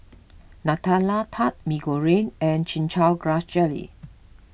Nutella Tart Mee Goreng and Chin Chow Grass Jelly